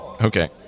Okay